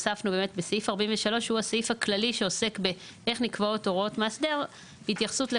הוספנו בסעיף 43 שהוא הסעיף הכללי שעוסק בהוראות מאסדר שהרשות